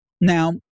Now